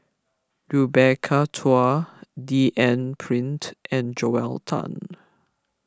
Rebecca Chua D N Pritt and Joel Tan